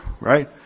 right